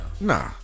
Nah